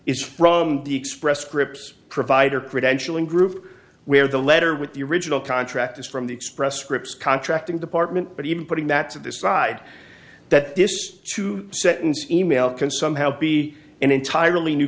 is from the express scripts provider credentialing group where the letter with the original contract is from the express scripts contracting department but even putting that to decide that this two sentence email can somehow be an entirely new